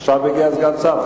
עכשיו הגיע סגן השר.